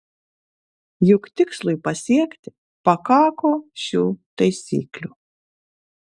juk tikslui pasiekti pakako šių taisyklių